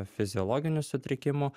fiziologinių sutrikimų